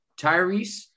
Tyrese